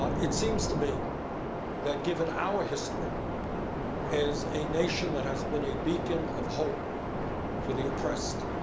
it seems to me that given our history as a nation that has been a beacon of hope for the oppressed,